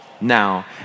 now